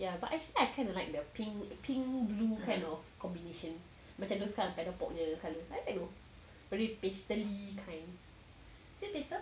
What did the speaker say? ya but actually I kind of like the pink pink blue kind of combination macam those kind of paddle pop punya colour like you know very pastel kind is it pastel